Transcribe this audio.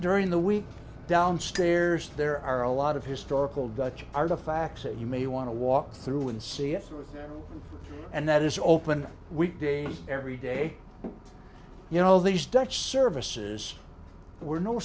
during the week downstairs there are a lot of historical dutch artifacts that you may want to walk through and see it through and that is open weekdays every day you know these dutch services were no